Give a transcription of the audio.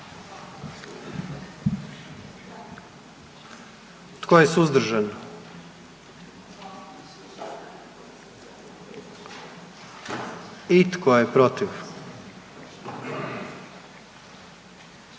Tko je suzdržan? I tko je protiv?